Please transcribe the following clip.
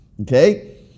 okay